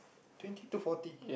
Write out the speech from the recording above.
twenty to forty